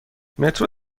مترو